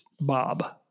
Bob